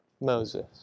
Moses